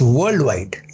worldwide